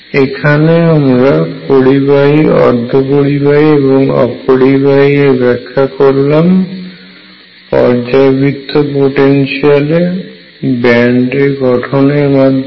এখানে আমরা পরিবাহী অর্ধপরিবাহী এবং অপরিবাহী এর ব্যাখ্যা করলাম পর্যাবৃত্ত পোটেনশিয়ালে ব্যান্ড এর গঠন এর মাধম্যে